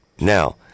Now